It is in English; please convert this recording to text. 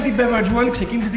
beverage world